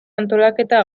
antolaketa